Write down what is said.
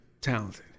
talented